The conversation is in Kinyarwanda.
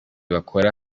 bakora